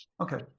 Okay